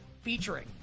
featuring